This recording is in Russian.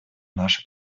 наше